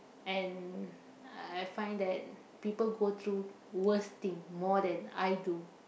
and I find that people go through worse thing more than I do